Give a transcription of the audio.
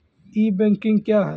ई banking क्या हैं?